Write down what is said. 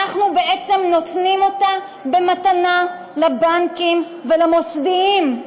אנחנו בעצם נותנים אותה במתנה לבנקים ולמוסדיים.